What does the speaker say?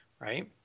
right